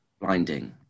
blinding